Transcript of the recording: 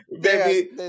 Baby